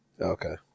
Okay